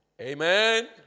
Amen